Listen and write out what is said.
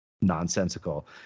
nonsensical